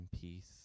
peace